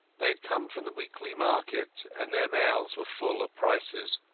they had come from the weekly market, and their mouths were full of prices.